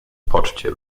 poczcie